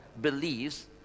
believes